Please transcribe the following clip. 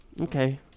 Okay